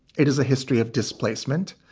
it is a history of displacement.